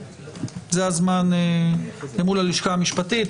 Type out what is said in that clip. זה הזמן למול הלשכה המשפטית,